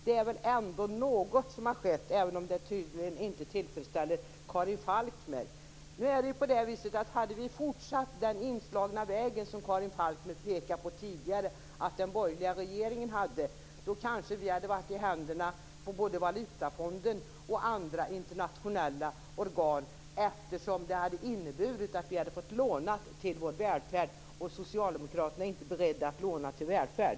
Det är väl ändå något som har skett, även om det tydligen inte är tillfredsställer Karin Falkmer. Hade vi fortsatt den inslagna vägen, som Karin Falkmer tidigare pekade på att den borgerliga regeringen följde, hade vi kanske varit i händerna på valutafonden och på andra internationella organ. Det hade inneburit att vi fått låna till får välfärd. Socialdemokraterna är inte beredda att låna till välfärd.